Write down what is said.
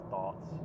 thoughts